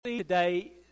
Today